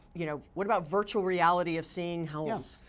you know what about virtual reality of seeing homes?